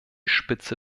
spitze